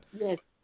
Yes